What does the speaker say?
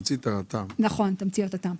של 10% וגם הורדו תמציות הטעם והריח.